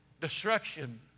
destruction